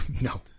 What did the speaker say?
No